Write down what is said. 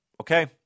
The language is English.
okay